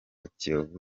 kivu